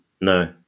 no